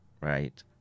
right